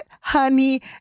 honey